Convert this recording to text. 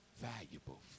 valuable